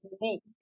unique